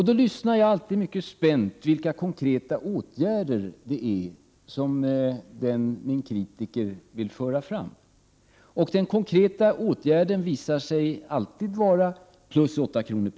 Då lyssnar jag alltid mycket spänt efter vilka konkreta åtgärder det är som min kritiker vill föra fram. Den konkreta åtgärden visar sig alltid vara plus 8 kr.